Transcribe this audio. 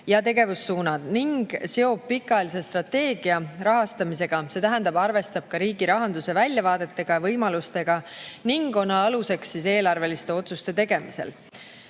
ja tegevussuunad ning seob pikaajalise strateegia rahastamisega, see tähendab, arvestab ka riigi rahanduse väljavaadetega ja võimalustega ning on aluseks eelarveliste otsuste tegemisel.